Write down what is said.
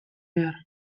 behar